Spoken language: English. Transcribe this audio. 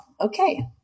Okay